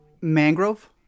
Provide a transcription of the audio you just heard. Mangrove